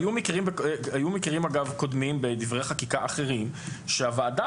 היו מקרים קודמים בדברי חקיקה אחרים שהוועדה